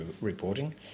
reporting